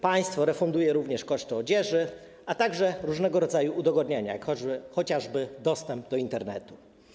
Państwo refunduje również koszty odzieży, a także różnego rodzaju udogodnienia, chociażby dostęp do Internetu.